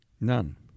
None